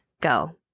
go